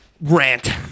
rant